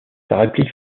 réplique